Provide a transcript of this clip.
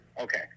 Okay